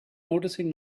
noticing